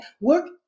work